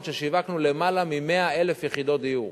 שבהן שיווקנו למעלה מ-100,000 יחידות דיור.